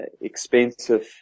expensive